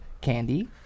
candy